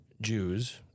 Jews